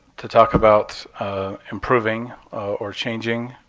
to talk about improving or changing,